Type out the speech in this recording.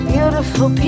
Beautiful